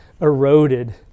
eroded